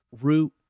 root